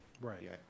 Right